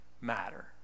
matter